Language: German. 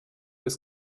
des